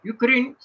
Ukraine